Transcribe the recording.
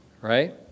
right